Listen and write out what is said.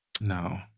No